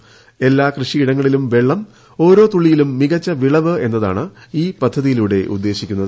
എല്ലാ കൃഷിയിടങ്ങളിലും വെള്ളം ഒരോ തുള്ളിയിലും മികച്ച വിളവ് എന്നതാണ് ഈ പദ്ധതിയിലൂടെ ഉദ്ദേശിക്കുന്നത്